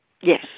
Yes